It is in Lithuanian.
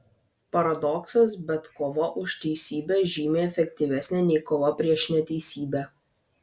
paradoksas bet kova už teisybę žymiai efektyvesnė nei kova prieš neteisybę